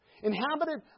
Inhabited